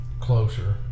closer